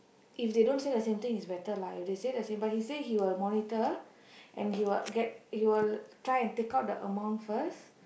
if they don't say same thing it's better lah if they say the same but he say he will monitor and he will get he will try and take out the amount first